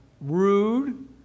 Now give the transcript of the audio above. rude